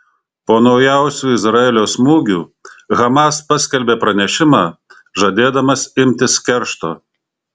po naujausių izraelio smūgių hamas paskelbė pranešimą žadėdamas imtis keršto